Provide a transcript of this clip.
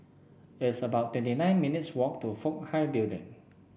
it's about twenty nine minutes' walk to Fook Hai Building